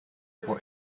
what